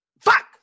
Fuck